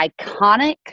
iconic